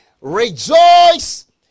rejoice